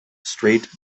straight